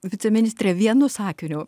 viceministre vienu sakiniu